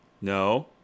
No